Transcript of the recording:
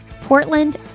Portland